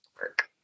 work